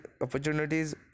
opportunities